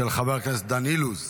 של חבר הכנסת דן אילוז.